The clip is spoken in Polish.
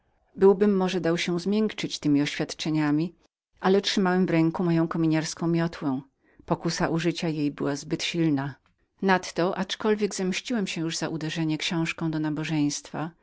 byłbym może dał się zmiękczyć temi oświadczeniami ale trzymałem w ręku moją kominiarską miotłę pokusa użycia jej zbyt była silną nadto aczkolwiek zemściłem się już za uderzenie książką od nabożeństwa